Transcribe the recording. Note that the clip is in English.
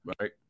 right